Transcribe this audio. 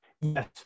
Yes